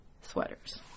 sweaters